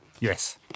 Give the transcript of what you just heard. yes